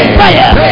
fire